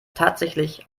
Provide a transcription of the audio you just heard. tatsächlich